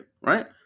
right